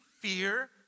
fear